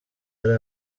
yari